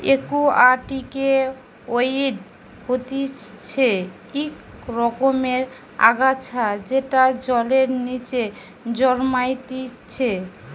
একুয়াটিকে ওয়িড হতিছে ইক রকমের আগাছা যেটা জলের নিচে জন্মাইতিছে